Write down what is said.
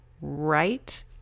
right